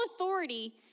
authority